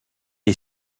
est